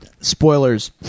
Spoilers